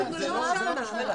אנחנו לא שם,